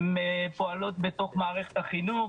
שהן פועלות בתוך מערכת החינוך,